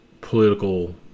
political